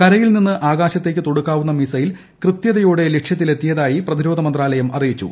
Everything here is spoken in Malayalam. കരയിൽ ്നൂന്ന് ആകാശത്തേക്ക് തൊടുക്കാവുന്ന മിസൈൽ കൃത്യതയോടെ ലക്ഷ്യത്തിലെത്തിയതായി പ്രതിരോധ മന്ത്രാലയം അറിയിച്ചു